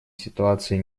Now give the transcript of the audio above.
ситуации